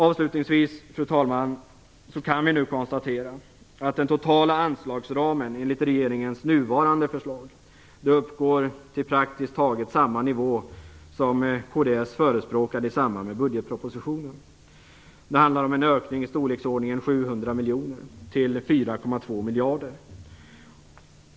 Avslutningsvis kan vi konstatera att den totala anslagsramen enligt regeringens nuvarande förslag uppgår till praktiskt taget samma nivå som den kds förespråkade i samband med budgetpropositionen. Det handlar om en ökning i storleksordningen 700 miljoner-4,2 miljarder.